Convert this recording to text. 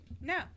no